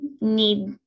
need